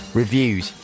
reviews